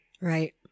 right